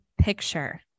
picture